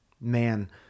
Man